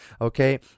Okay